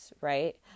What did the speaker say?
right